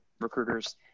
recruiters